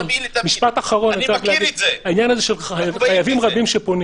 משפט אחרון בעניין הזה של חייבים רבים שפונים